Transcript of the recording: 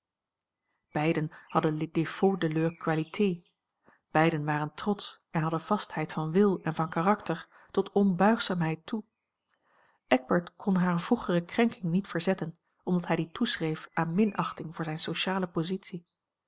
beiden hadden les défauts de leurs qualites beiden waren trotsch en hadden vastheid van wil en van karakter tot onbuigzaamheid toe eckbert kon hare vroegere krenking niet verzetten omdat hij die toeschreef aan minachting voor zijne sociale positie